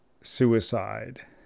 suicide